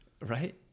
Right